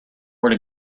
where